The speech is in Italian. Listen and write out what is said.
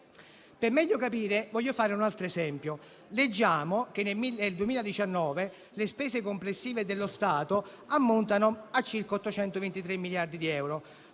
Per meglio capire, voglio fare un altro esempio. Leggiamo che nel 2019 le spese complessive dello Stato ammontano a circa 823 miliardi di euro,